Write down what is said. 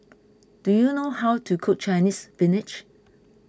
do you know how to cook Chinese Spinach